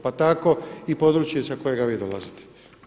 Pa tako i područje sa kojega vi dolazite.